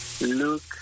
Look